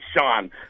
Sean